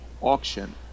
auction